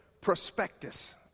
prospectus